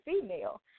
female